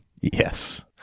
Yes